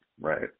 Right